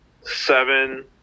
seven